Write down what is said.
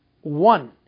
one